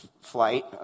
flight